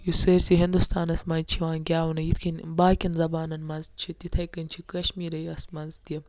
یُس سٲرسٕے ہِندوستانَس منٛز چھُ یِوان گیونہٕ یِتھ کٔنۍ کٔنۍ باقین زَبانن منٛز چھِ تِتھٕے کٔنۍ چھِ کَشمیٖرَس منٛز تہِ